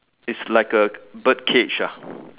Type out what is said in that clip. it's like a bird cage lah